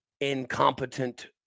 incompetent